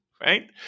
right